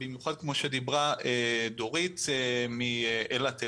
במיוחד כמו שדיברה דורית מאילת אילות,